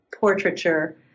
portraiture